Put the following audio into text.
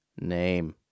Name